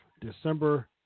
December